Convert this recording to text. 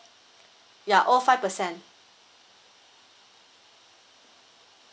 ya all five percent